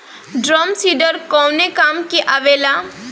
Drum seeder कवने काम में आवेला?